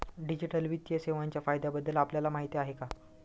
Digital वित्तीय सेवांच्या फायद्यांबद्दल आपल्याला माहिती आहे का?